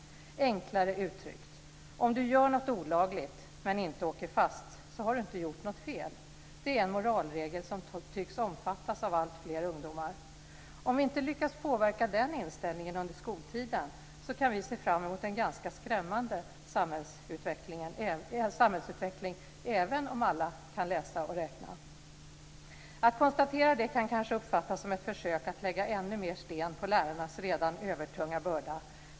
Enklare uttryckt: Om du gör något olagligt men inte åker fast har du inte gjort något fel, är en moralregel som tycks omfattas av alltfler ungdomar. Om vi inte lyckas påverka den inställningen under skoltiden, kan vi se fram emot en ganska skrämmande samhällsutveckling, även om alla kan läsa och räkna. Att konstatera det kan kanske uppfattas som ett försök att lägga ännu mer sten på lärarnas redan övertunga börda.